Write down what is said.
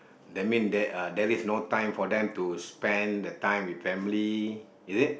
that mean there are there is no time for them to spend the time with family is it